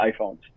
iPhones